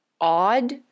odd